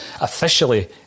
officially